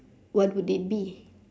what would it be